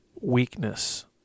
weakness